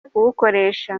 kuwukoresha